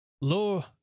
Lord